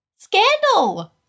Scandal